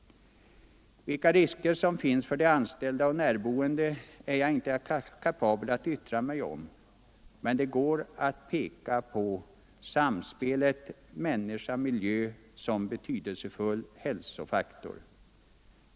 Vilka risker som finns för de anställda och närboende är jag inte kapabel att yttra mig om, men det går att peka på samspelet människa-miljö som en betydelsefull hälsofaktor.